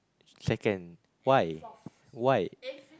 second why why